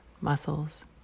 muscles